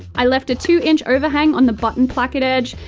i left a two inch overhang on the button placket edge,